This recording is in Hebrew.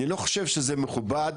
אני לא חושב שזה מכובד,